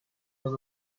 was